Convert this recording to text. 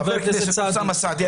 חבר הכנסת אוסאמה סעדי,